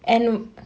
and